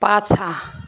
पाछाँ